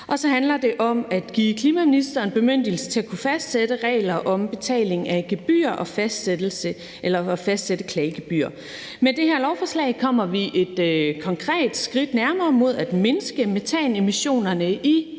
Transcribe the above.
Og så handler det om at give klimaministeren bemyndigelse til at kunne fastsætte regler om betaling af gebyr og fastsætte klagegebyr. Med det her lovforslag kommer vi et konkret skridt nærmere at mindske metanemissionerne i